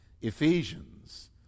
Ephesians